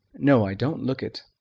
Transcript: know i don't look it.